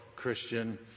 Christian